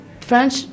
French